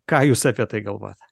ką jūs apie tai galvojat